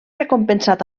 recompensat